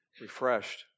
refreshed